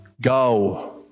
Go